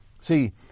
See